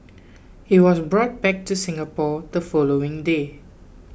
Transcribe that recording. he was brought back to Singapore the following day